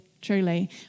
truly